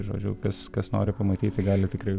žodžiu kas kas nori pamatyti gali tikrai